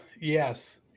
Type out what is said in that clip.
yes